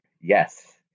Yes